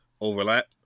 overlap